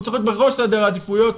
הוא צריך להיות בראש סדר העדיפויות.